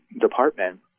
department